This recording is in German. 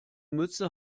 mütze